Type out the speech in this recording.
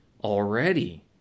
Already